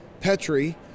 Petri